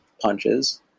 punches